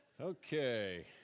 Okay